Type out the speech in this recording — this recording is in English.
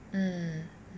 mm